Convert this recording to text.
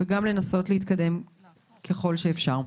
וגם כדי לנסות להתקדם ככל שאפשר.